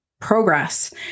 progress